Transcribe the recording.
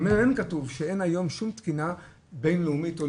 בממ"מ כתוב שאין היום שום תקינה בינלאומית או